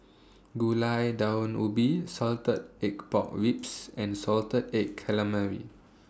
Gulai Daun Ubi Salted Egg Pork Ribs and Salted Egg Calamari